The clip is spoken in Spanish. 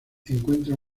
encuentra